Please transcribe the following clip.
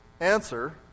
answer